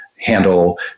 handle